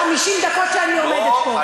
ב-50 דקות שאני עומדת פה.